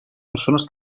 persones